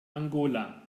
angola